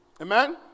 Amen